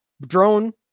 drone